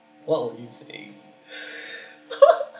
!wow! it's a